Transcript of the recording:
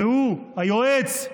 והוא, היועץ,